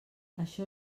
això